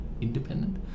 independent